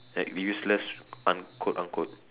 like useless unquote unquote